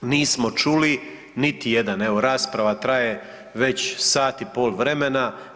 Nismo čuli niti jedan, evo rasprava traje već sat i pol vremena.